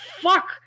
Fuck